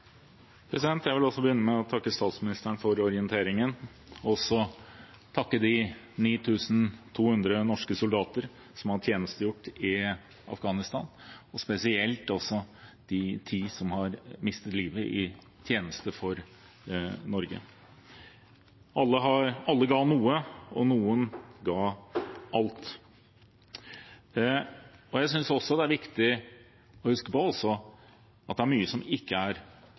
Jeg vil også begynne med å takke statsministeren for orienteringen – og også takke de 9 200 norske soldatene som har tjenestegjort i Afghanistan, og spesielt minne om de ti som har mistet livet i tjeneste for Norge. Alle ga noe, og noen ga alt. Jeg synes også det er viktig å huske på at det er mye som ikke er